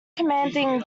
commanding